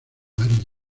marido